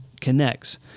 connects